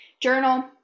Journal